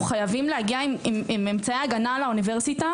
חייבים להגיע עם אמצעי הגנה לאוניברסיטה,